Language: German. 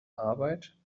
arbeit